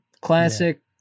classic